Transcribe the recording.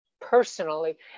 personally